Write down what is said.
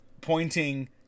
pointing